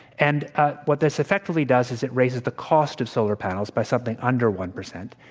and what this effectively does is it raises the cost of solar panels by something under one percent.